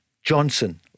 Johnson